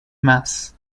mass